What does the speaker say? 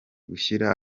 gushyira